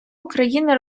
україни